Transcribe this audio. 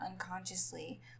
unconsciously